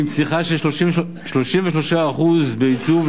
עם צמיחה של 33% ביצוא,